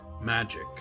magic